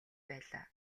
байлаа